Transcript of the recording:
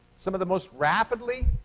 some of the most rapidly